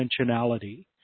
dimensionality